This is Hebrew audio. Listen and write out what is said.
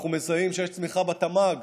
אנחנו מזהים שיש צמיחה בתמ"ג